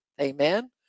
Amen